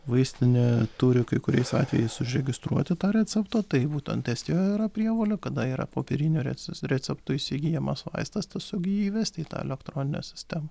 vaistinė turi kai kuriais atvejais užregistruoti tą receptą tai būtent estijoje yra prievolė kada yra popieriniu reces receptu įsigyjamas vaistas siog jį įvesti į tą elektroninę sistemą